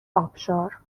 آبشار